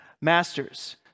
Masters